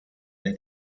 dai